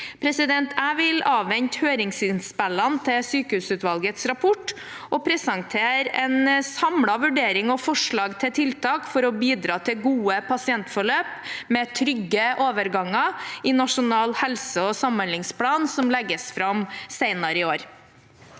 Jeg vil avvente høringsinnspillene til sykehusutvalgets rapport og presentere en samlet vurdering og forslag til tiltak for å bidra til gode pasientforløp med trygge overganger i Nasjonal helse- og samhandlingsplan, som legges fram senere i år.